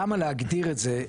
למה להגדיר את זה?